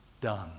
done